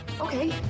Okay